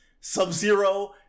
Sub-Zero